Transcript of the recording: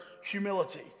humility